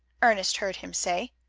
ernest heard him say,